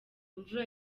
imvura